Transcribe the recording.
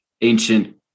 ancient